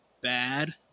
bad